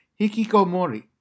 Hikikomori